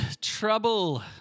trouble